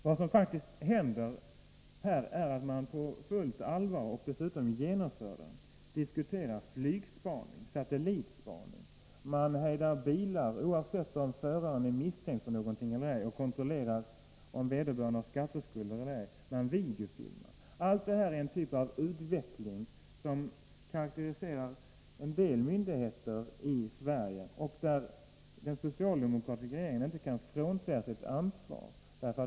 Vad som faktiskt händer är att man på fullt allvar diskuterar och dessutom genomför flygspaning-satellitspaning. Man hejdar bilar, oavsett om föraren är misstänkt för någonting eller ej och kontrollerar om vederbörande har skatteskulder eller ej. Man videofilmar. Allt detta är uttryck för en typ av utveckling som karakteriserar en del myndigheter i Sverige och där den socialdemokratiska regeringen inte kan frånsäga sig sitt ansvar.